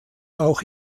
auch